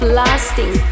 lasting